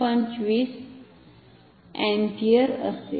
25 ampere असेल